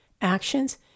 actions